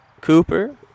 Cooper